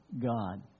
God